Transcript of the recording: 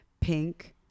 pink